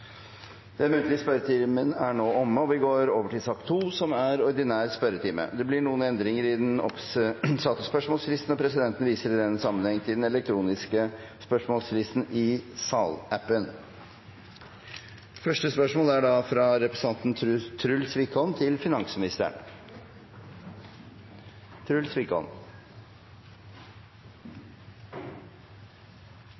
Den muntlige spørretimen er nå omme. Det blir noen endringer i den oppsatte spørsmålslisten, og presidenten viser i den sammenheng til den elektroniske spørsmålslisten i salappen. De foreslåtte endringene i dagens spørretime foreslås godkjent. – Det anses vedtatt. Endringene var som følger: Spørsmål 12, fra representanten Rigmor Aasrud til